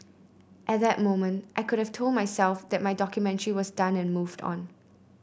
at that moment I could have told myself that my documentary was done and moved on